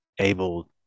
able